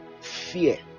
fear